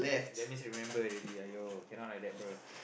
that means I remember already !aiyo! cannot like that bruh